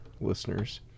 listeners